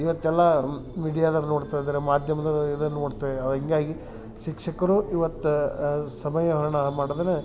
ಇವತ್ತು ಎಲ್ಲಾ ಮಿಡ್ಯಾದವ್ರು ನೋಡ್ತಾ ಇದ್ದಾರೆ ಮಾಧ್ಯಮದವ್ರು ಇದನ್ನ ನೋಡ್ತೆ ಹಿಂಗಾಗಿ ಶಿಕ್ಷಕರು ಇವತ್ತು ಸಮಯ ಹರಣ ಮಾಡಿದ್ದೇನೆ